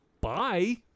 Bye